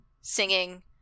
singing